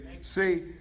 see